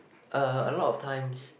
uh a lot of times